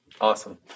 Awesome